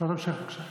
שאלת המשך, בבקשה.